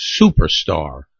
superstar